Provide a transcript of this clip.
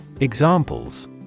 Examples